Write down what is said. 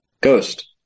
ghost